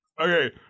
Okay